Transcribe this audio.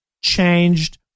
changed